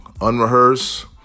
unrehearsed